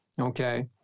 Okay